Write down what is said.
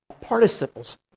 participles